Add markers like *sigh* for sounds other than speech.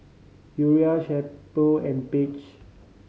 Uriah *unintelligible* and Paige